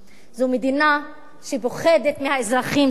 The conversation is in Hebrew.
זאת מדינה שפוחדת מהאזרחים שלה.